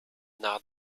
nach